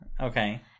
okay